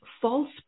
false